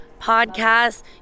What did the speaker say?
Podcast